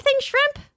shrimp